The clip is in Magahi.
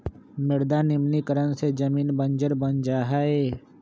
मृदा निम्नीकरण से जमीन बंजर बन जा हई